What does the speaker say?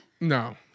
No